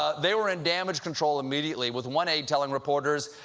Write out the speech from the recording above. they were in damage control immediately with one aide telling reporters,